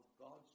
God's